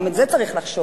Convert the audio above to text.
גם על זה צריך לחשוב,